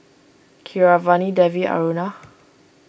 Keeravani Devi Aruna